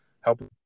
help